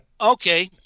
Okay